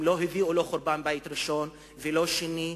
הם לא הביאו לא את חורבן הבית הראשון ולא השני,